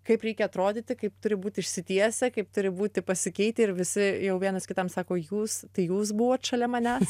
kaip reikia atrodyti kaip turi būt išsitiesę kaip turi būti pasikeitę ir visi jau vienas kitam sako jūs tai jūs buvot šalia manęs